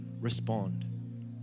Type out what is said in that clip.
respond